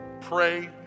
pray